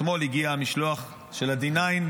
אתמול הגיע המשלוח של ה-D9,